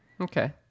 Okay